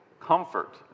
comfort